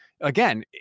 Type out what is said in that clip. again